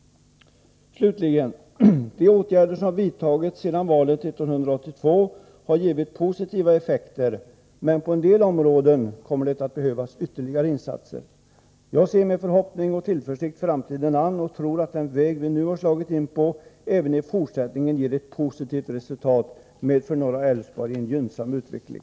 Slutligen: De åtgärder som vidtagits sedan valet 1982 har givit positiva effekter, men på en del områden kommer det att behövas ytterligare insatser. Jag ser med förhoppning och tillförsikt framtiden an och tror att den väg vi nu slagit in på även i fortsättningen ger ett positivt resultat med en gynnsam utveckling för norra Älvsborg.